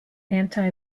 anti